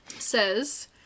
says